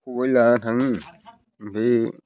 खबाय लाना थाङो बे